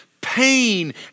pain